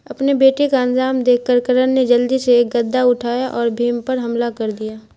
اپنے بیٹے کا انجام دیکھ کر کرن نے جلدی سے ایک گدا اٹھایا اور بھیم پر حملہ کر دیا